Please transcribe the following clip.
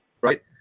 Right